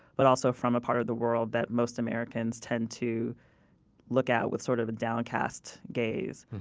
but also from a part of the world that most americans tend to look at with sort of a downcast gaze.